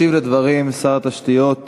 ישיב על דברים שר התשתיות הלאומיות,